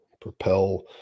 propel